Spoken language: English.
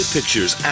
Pictures